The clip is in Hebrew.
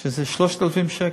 זה 3,000 שקל,